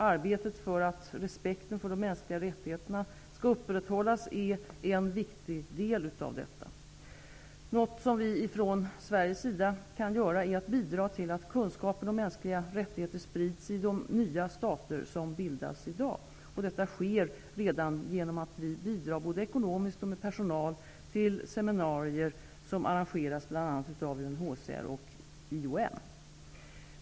Arbetet för att respekten för mänskliga rättigheter skall upprätthållas är en viktig del av detta. Något som vi från svensk sida kan göra är att bidra till att kunskapen om mänskliga rättigheter sprids i de nya stater som bildas i dag. Detta sker redan genom att vi bidrar både ekonomiskt och med personal till seminarier som arrangeras bl.a. av UNHCR och IOM.